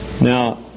Now